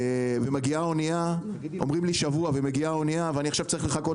ומגיעה אוניה אומרים לי שבוע ומגיעה אוניה ואני צריך לחכות